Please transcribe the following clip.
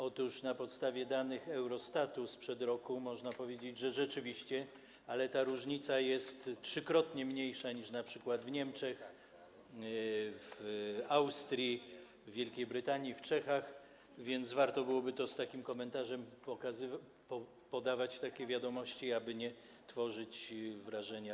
Otóż na podstawie danych Eurostatu sprzed roku można powiedzieć, że rzeczywiście, ale ta różnica jest trzykrotnie mniejsza niż np. w Niemczech, Austrii, Wielkiej Brytanii, Czechach, a więc warto byłoby z takim komentarzem podawać takie wiadomości, aby nie tworzyć błędnego wrażenia.